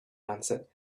answered